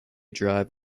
drive